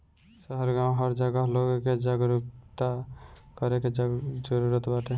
शहर गांव हर जगह लोग के जागरूक करे के जरुरत बाटे